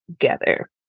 together